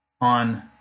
on